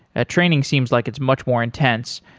ah training seems like it's much more intense.